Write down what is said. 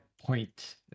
point